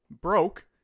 broke